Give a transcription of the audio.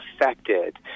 affected